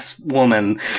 Woman